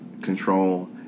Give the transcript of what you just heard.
control